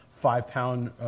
five-pound